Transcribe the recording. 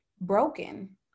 broken